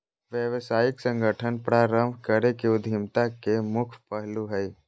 व्यावसायिक संगठन प्रारम्भ करे के उद्यमिता के मुख्य पहलू हइ